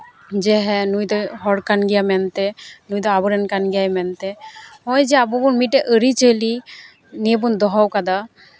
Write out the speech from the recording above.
ᱡᱮ ᱦᱮᱸ ᱱᱩᱭ ᱫᱚᱭ ᱦᱚ ᱠᱟᱱ ᱜᱮᱭᱟᱭ ᱢᱮᱱᱛᱮ ᱱᱩᱭ ᱫᱚ ᱟᱵᱚᱨᱮᱱ ᱠᱟᱱ ᱜᱮᱭᱟᱭ ᱢᱮᱱᱛᱮ ᱱᱚᱜᱼᱚᱸᱭ ᱡᱮ ᱟᱵᱚ ᱢᱤᱫᱴᱮᱱ ᱟᱹᱨᱤᱼᱪᱟᱹᱞᱤ ᱱᱤᱭᱟᱹ ᱵᱚᱱ ᱫᱚᱦᱚ ᱠᱟᱫᱟ